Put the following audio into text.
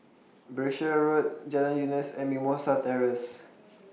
Berkshire Road Jalan Eunos and Mimosa Terrace